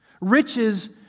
Riches